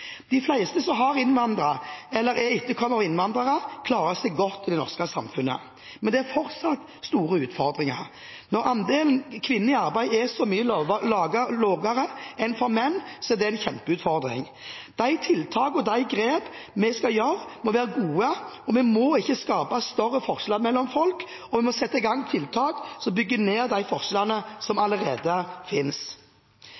De fleste som har innvandret eller er etterkommere av innvandrere, klarer seg godt i det norske samfunnet, men det er fortsatt store utfordringer. Når andelen kvinner i arbeid er så mye lavere enn for menn, er det en kjempeutfordring. De tiltak og de grep vi skal gjøre, må være gode. Vi må ikke skape større forskjeller mellom folk, og vi må sette i gang tiltak som bygger ned de forskjellene som